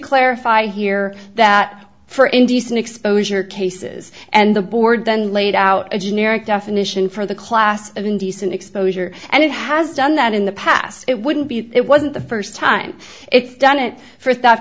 clarify here that for indecent exposure cases and the board then laid out a generic definition for the class of indecent exposure and it has done that in the past it wouldn't be it wasn't the first time it's done it for theft